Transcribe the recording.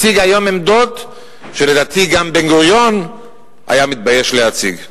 מציג היום עמדות שלדעתי גם בן-גוריון היה מתבייש להציג.